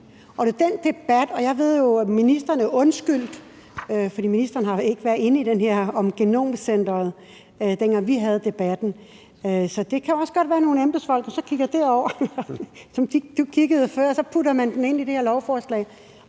de her data? Og jeg ved jo, at ministeren er undskyldt, fordi ministeren ikke var med i den her sag om genomcenteret, dengang vi havde debatten. Så det kan også godt være nogle embedsfolk, det handler om – og så kigger jeg derover – altså som puttede det ind i det her lovforslag.